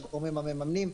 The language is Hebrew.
לגורמים המממנים,